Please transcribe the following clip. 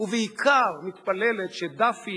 ובעיקר מתפללת שדפני,